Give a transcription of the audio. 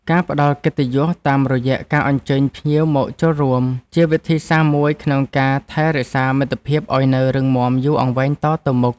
ការផ្ដល់កិត្តិយសតាមរយៈការអញ្ជើញភ្ញៀវមកចូលរួម ជាវិធីសាស្រ្តមួយក្នុងការថែរក្សាមិត្តភាពឱ្យនៅរឹងមាំយូរអង្វែងតទៅមុខ។